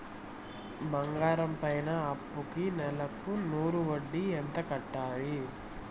బంగారం పైన అప్పుకి నెలకు నూరు వడ్డీ ఎంత కట్టాలి?